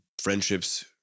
friendships